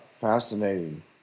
fascinating